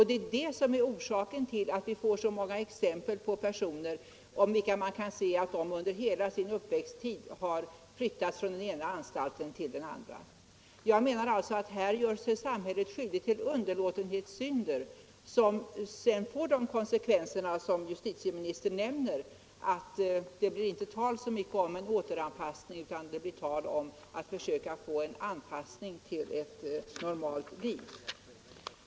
Det är det som är orsaken till att vi får så många exempel på personer om vilka man kan säga att de under hela sin uppväxttid har flyttats från den ena anstalten till den andra. Här gör sig samhället skyldigt till underlåtenhetssynder som sedan får de konsekvenser som justitieministern nämner, att det inte så mycket blir fråga om en återanpassning utan om att försöka åstadkomma en anpassning till ett normalt liv.